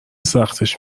سختش